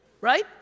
right